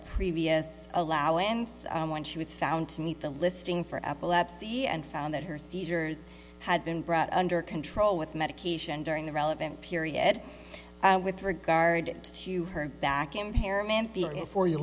previous allow and when she was found to meet the listing for epilepsy and found that her seizures had been brought under control with medication during the relevant period with regard to her b